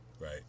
Right